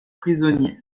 prisonniers